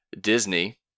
Disney